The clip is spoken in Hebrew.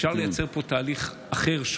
אפשר לייצר פה תהליך אחר,